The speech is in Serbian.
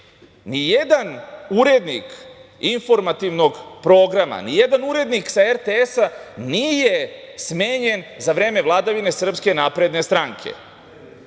ni jedan urednik informativnog programa, ni jedan urednik sa RTS nije smenjen za vreme vladavine SNS.Nenad Lj.